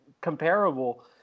comparable